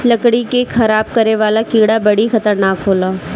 लकड़ी के खराब करे वाला कीड़ा बड़ी खतरनाक होला